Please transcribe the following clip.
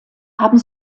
haben